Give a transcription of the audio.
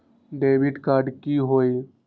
Debit card की होई?